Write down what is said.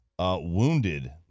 wounded